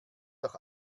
doch